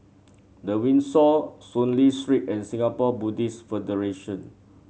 The Windsor Soon Lee Street and Singapore Buddhist Federation